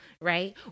right